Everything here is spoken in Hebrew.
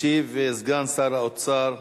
ישיב סגן שר האוצר,